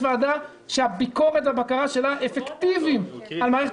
הוועדה היחידה שהביקורת והבקרה שלה אפקטיביים על מערכת